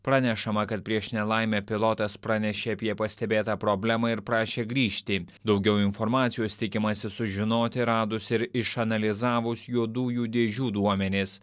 pranešama kad prieš nelaimę pilotas pranešė apie pastebėtą problemą ir prašė grįžti daugiau informacijos tikimasi sužinoti radus ir išanalizavus juodųjų dėžių duomenis